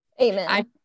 Amen